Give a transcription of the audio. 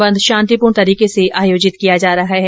बंद शांतिपूर्ण तरीके से आयोजित किया जा रहा है